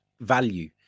value